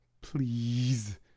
please